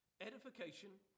edification